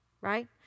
right